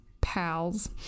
pals